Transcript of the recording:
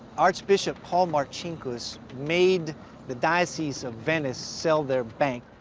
archbishop paul marcinkus made the diocese of venice sell their bank.